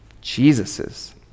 Jesus's